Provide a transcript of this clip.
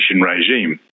regime